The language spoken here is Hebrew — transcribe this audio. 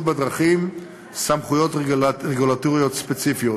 בדרכים סמכויות רגולטוריות ספציפיות.